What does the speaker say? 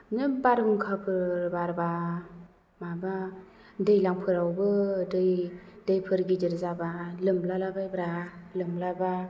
बारहुंखाफोर बारबा माबा दैज्लांफोरावबो दै दैफोर गिदिर जाबा लोमलाला बायबा लोमलाबा